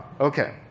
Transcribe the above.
Okay